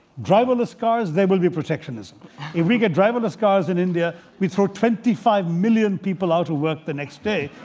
driverless cars, they will be protectionism. if we get driverless cars in india, we throw twenty five million people out of work the next day.